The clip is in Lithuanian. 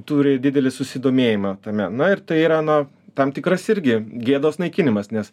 turi didelį susidomėjimą tame na ir tai yra na tam tikras irgi gėdos naikinimas nes